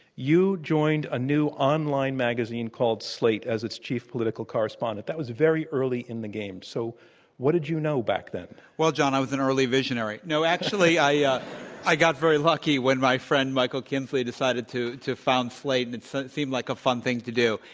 you joined a new online magazine called slate as its chief political correspondent. that was very early in the game. so what did you know back then? well, john, i was an early visionary. no, actually, i ah i got very lucky when my friend, michael kinsley decided to to found slate, and and so it seemed like a fun thing to do.